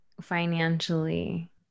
financially